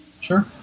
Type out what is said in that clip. sure